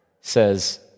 says